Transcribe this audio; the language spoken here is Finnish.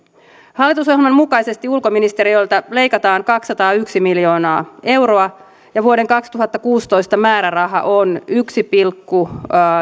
hallitusohjelman mukaisesti ulkoministeriöltä leikataan kaksisataayksi miljoonaa euroa ja vuoden kaksituhattakuusitoista määräraha on yksi pilkku